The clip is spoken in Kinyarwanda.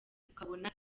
ukabona